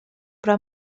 però